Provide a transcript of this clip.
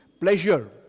pleasure